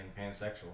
pansexual